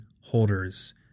holders